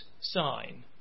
sign